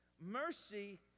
Mercy